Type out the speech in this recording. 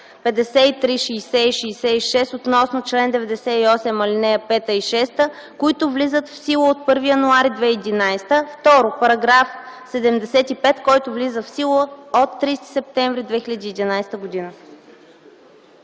53, 60 и 66 (относно чл. 98, ал. 5 и 6), които влизат в сила от 1 януари 2011 г. 2. параграф 75, който влиза в сила от 30 септември 2011 г.”